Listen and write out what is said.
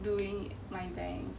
doing my bangs